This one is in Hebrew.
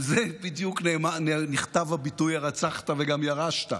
על זה בדיוק נכתב הביטוי "הרצחת וגם ירשת".